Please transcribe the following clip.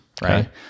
Right